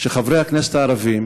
שחברי הכנסת הערבים